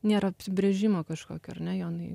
nėra apsibrėžimo kažkokio ar ne jonai